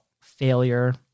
failure